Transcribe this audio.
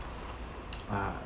uh